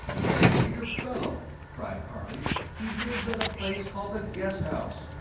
my dear fellow, cried harley, he lives at a place called the guest house.